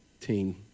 team